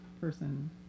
person